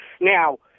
Now